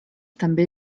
també